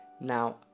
Now